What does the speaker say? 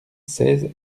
seize